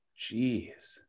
Jeez